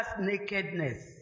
nakedness